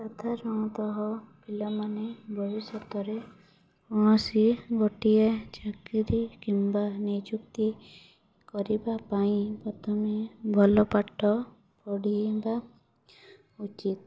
ସାଧାରଣତଃ ପିଲାମାନେ ଭବିଷ୍ୟତରେ କୌଣସି ଗୋଟିଏ ଚାକିରି କିମ୍ବା ନିଯୁକ୍ତି କରିବା ପାଇଁ ପ୍ରଥମେ ଭଲ ପାଠ ପଢ଼ିବା ଉଚିତ